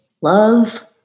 love